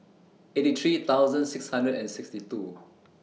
eighty three thousand six hundred and sixty two